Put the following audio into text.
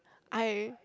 I